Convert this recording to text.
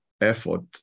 effort